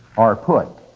are put